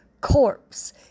corpse